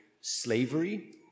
slavery